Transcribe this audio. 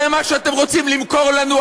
זה מה שאתם רוצים למכור לנו,